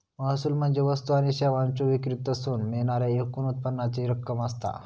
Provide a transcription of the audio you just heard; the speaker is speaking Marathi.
महसूल म्हणजे वस्तू आणि सेवांच्यो विक्रीतसून मिळणाऱ्या एकूण उत्पन्नाची रक्कम असता